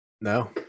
No